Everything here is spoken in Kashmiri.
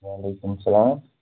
وعلیکُم سَلام